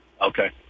Okay